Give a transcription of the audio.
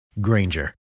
Granger